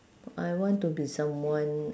I want to be someone